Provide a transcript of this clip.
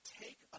take